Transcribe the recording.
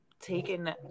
taken